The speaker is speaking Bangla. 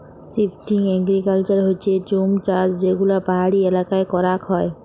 শিফটিং এগ্রিকালচার হচ্যে জুম চাষযেগুলা পাহাড়ি এলাকায় করাক হয়